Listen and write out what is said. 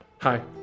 Hi